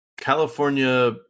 California